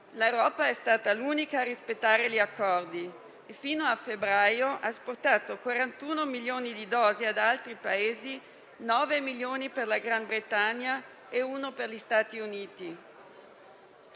L'Europa è stata l'unica a rispettare gli accordi; fino a febbraio ha esportato 41 milioni di dosi ad altri Paesi, 9 milioni per la Gran Bretagna e uno per gli Stati Uniti.